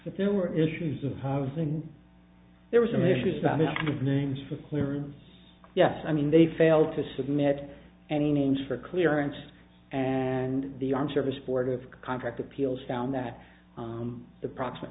that there were issues of housing there was some issues about names for clear rooms yes i mean they failed to submit any names for clearance and the armed services board of contract appeals found that the proximate